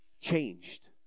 changed